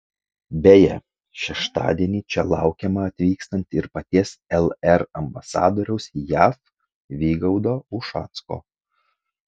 beje šeštadienį čia laukiamą atvykstant ir paties lr ambasadoriaus jav vygaudo ušacko